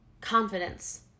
Confidence